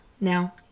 now